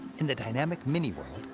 in the dynamic mini world,